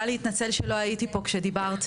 להתנצל שלא הייתי פה שדיברת,